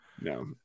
No